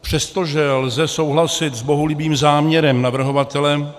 Přestože lze souhlasit s bohulibým záměrem navrhovatele,